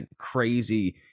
crazy